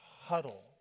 huddle